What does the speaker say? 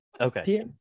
Okay